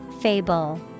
Fable